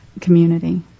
community